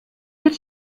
wird